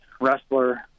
wrestler